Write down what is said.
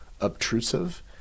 obtrusive